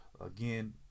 again